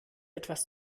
etwas